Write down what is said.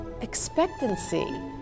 Expectancy